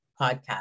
podcast